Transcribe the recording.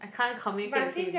I can't communicate with him